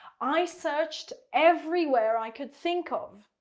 i searched everywhere i could think of